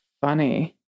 funny